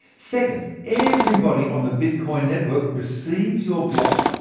second, everybody on the bitcoin network receives your block,